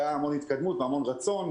הייתה המון התקדמות והמון רצון,